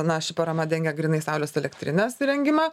na ši parama dengia grynai saulės elektrinės įrengimą